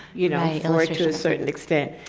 you know, a certain extent.